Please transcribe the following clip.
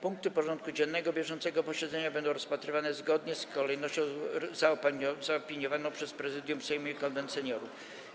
Punkty porządku dziennego bieżącego posiedzenia będą rozpatrywane zgodnie z kolejnością zaopiniowaną przez Prezydium Sejmu i Konwent Seniorów.